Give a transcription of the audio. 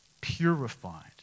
purified